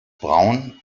braun